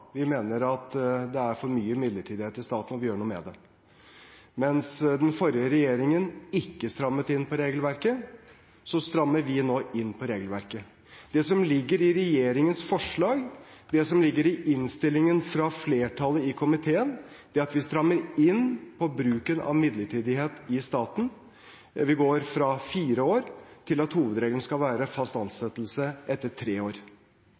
vi mener at det er for mye midlertidighet i staten, og vi gjør noe med det. Mens den forrige regjeringen ikke strammet inn på regelverket, strammer vi nå inn på regelverket. Det som ligger i regjeringens forslag, og det som ligger i innstillingen fra flertallet i komiteen, er at vi strammer inn på bruken av midlertidighet i staten. Vi går fra fire år til at hovedregelen skal være fast ansettelse etter tre år.